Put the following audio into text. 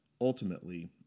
ultimately